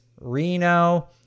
Reno